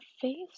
face